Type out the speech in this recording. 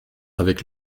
avec